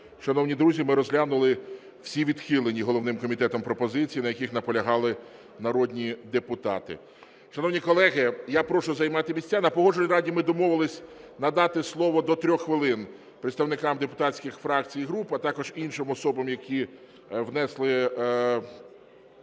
Шановні друзі, ми розглянули всі відхилені головним комітетом пропозиції, на яких наполягали народні депутати. Шановні колеги, я прошу займати місяця. На Погоджувальні раді ми домовились надати слово до 3 хвилин представникам депутатських фракцій і груп, а також іншим особам, які висловили